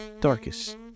darkest